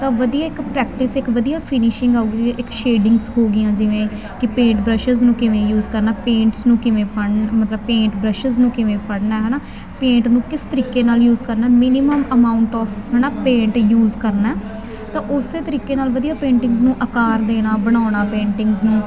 ਤਾਂ ਵਧੀਆ ਇੱਕ ਪ੍ਰੈਕਟਿਸ ਇੱਕ ਵਧੀਆ ਫਿਨਿਸ਼ਿੰਗ ਆਊਗੀ ਇੱਕ ਸ਼ੇਡਿੰਗਸ ਹੋ ਗਈਆਂ ਜਿਵੇਂ ਕਿ ਪੇਂਟ ਬਰੱਸ਼ਿਸ਼ ਨੂੰ ਕਿਵੇਂ ਯੂਜ ਕਰਨਾ ਪੇਂਟਸ ਨੂੰ ਕਿਵੇਂ ਫੜਨਾ ਮਤਲਬ ਪੇਂਟ ਬ੍ਰਸ਼ਿਸ਼ ਨੂੰ ਕਿਵੇਂ ਫੜਨਾ ਹੈ ਨਾ ਪੇਟ ਨੂੰ ਕਿਸ ਤਰੀਕੇ ਨਾਲ ਯੂਜ ਕਰਨਾ ਮਿਨੀਮਮ ਅਮਾਊਂਟ ਆਫ ਹੈ ਨਾ ਪੇਂਟ ਯੂਜ ਕਰਨਾ ਤਾਂ ਉਸ ਤਰੀਕੇ ਨਾਲ ਵਧੀਆ ਪੇਂਟਿੰਗਜ਼ ਨੂੰ ਆਕਾਰ ਦੇਣਾ ਬਣਾਉਣਾ ਪੇਂਟਿੰਗਜ਼ ਨੂੰ